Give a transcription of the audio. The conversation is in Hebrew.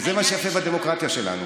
וזה מה שיפה בדמוקרטיה שלנו.